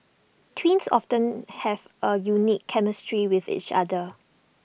twins often have A unique chemistry with each other